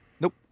Nope